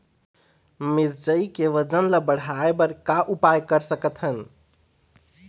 मिरचई के वजन ला बढ़ाएं बर का उपाय कर सकथन?